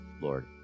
Lord